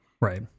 Right